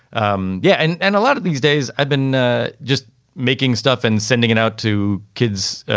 um yeah. and and a lot of these days i've been ah just making stuff and sending it out to kids.